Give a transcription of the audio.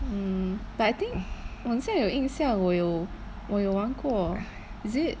mm but I think 我好像有印象我有我有玩过 is it